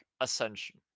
Ascension